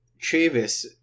Chavis